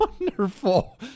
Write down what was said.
wonderful